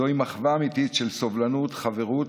זוהי מחווה אמיתית של סובלנות, חברות